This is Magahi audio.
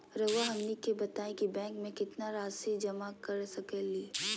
रहुआ हमनी के बताएं कि बैंक में कितना रासि जमा कर सके ली?